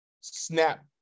snap